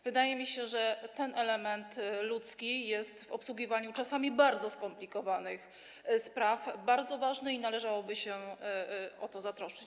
Wydaje mi się, że element ludzki jest przy obsługiwaniu czasami bardzo skomplikowanych spraw bardzo ważny i należałoby się o to zatroszczyć.